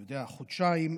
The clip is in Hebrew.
כחודשיים,